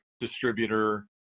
distributor